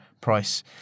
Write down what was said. price